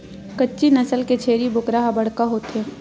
कच्छी नसल के छेरी बोकरा ह बड़का होथे